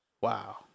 Wow